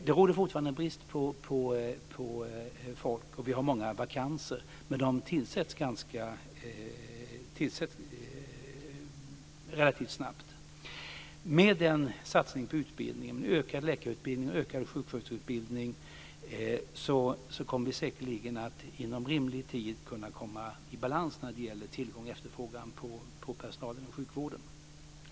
Det råder fortfarande brist på folk, och vi har många vakanser, men de tillsätts relativt snabbt. Med en satsning på utbildning med ökad läkarutbildning och ökad sjuksköterskeutbildning kommer vi säkerligen att kunna komma i balans inom rimlig tid när det gäller tillgång och efterfrågan på personal inom sjukvården.